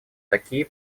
такие